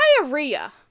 diarrhea